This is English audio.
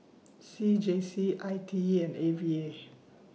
C J C I T E and A V A